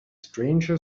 stranger